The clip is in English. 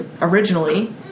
originally